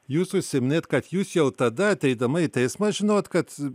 jūs užsiminėt kad jūs jau tada ateidama į teismą žinojot kad